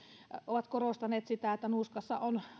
ovat korostaneet sitä että nuuskassa on